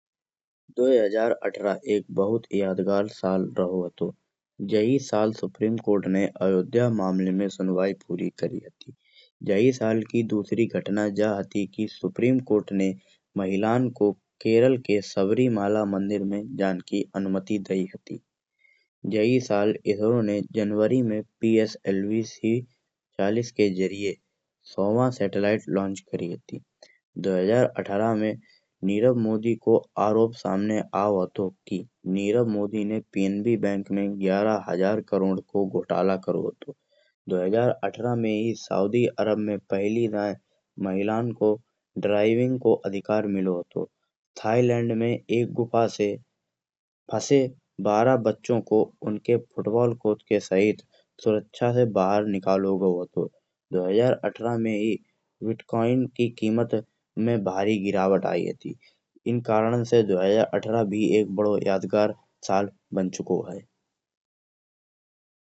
दो हज़ार अठारह एक बहुत यादगार साल रहो हतो जेहि साल सुप्रीम कोर्ट ने अयोध्या मामले में सुनवाई पूरी करी हती। जेहि साल की दूसरी घटना जा हती कि सुप्रीम कोर्ट ने महिलान को केरल के सबरी माला मंदिर में जान की अनुमति दायी हती। जेहि साल इसरो ने जनवरी में P S L V C चालीस के जरिए सौ वा सेटेलाइट लॉन्च करी हती। दो हज़ार अठारह में नीरव मोदी को आरोप सामने आओ हतो। कि नीरव मोदी ने पी एन बी बैंक में ग्यारह हज़ार करोड़ को घोटाला करो हतो। दो हज़ार अठारह में ही सऊदी अरब में पहली दाईन महिलान को ड्राइविंग को अधिकार मिलो हतो। थाईलैंड में एक गुफा से फसे बारह बच्चो को उनके फुटबॉल कोच के सहित सुरक्षा से बाहर निकालो गाओ हतो। दो हज़ार अठारह में ही बिटकॉइन की कीमत में भारी गिरावट आई हती। इन करण से दो हज़ार अठारह भी एक बड़ो यादगार साल बन चुकों है।